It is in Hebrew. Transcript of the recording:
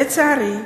לצערי,